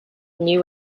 new